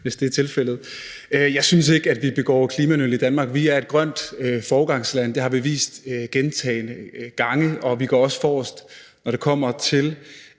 hvis det er tilfældet. Jeg synes ikke, at vi begår klimanøl i Danmark. Vi er et grønt foregangsland. Det har vi vist gentagne gange, og vi går også forrest, når det kommer til